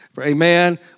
Amen